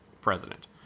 president